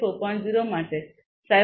0 માટે સી